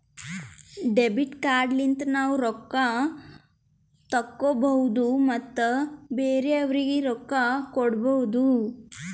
debit card ಲಿಂತ ನಾವ್ ರೊಕ್ಕಾ ತೆಕ್ಕೋಭೌದು ಮತ್ ಬೇರೆಯವ್ರಿಗಿ ರೊಕ್ಕಾ ಕೊಡ್ಭೌದು